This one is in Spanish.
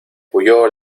huyó